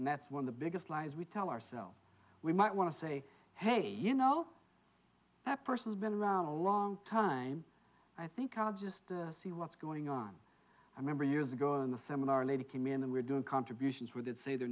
and that's one of the biggest lies we tell ourselves we might want to say hey you know that person's been around a long time i think i'll just see what's going on i remember years ago in the seminar a lady came in and we're doing contributions with it see the